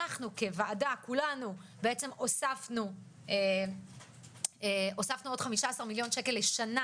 אנחנו כוועדה כולנו בעצם הוספנו עוד 15 מיליון שקל לשנה